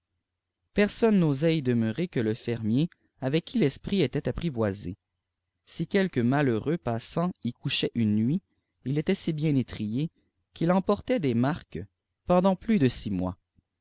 personne n'osait y demeurer que le fermier avec qui l'esprit était apprivoisé si quelque malheureux passant y couchait une mût il était si bien étrillé pi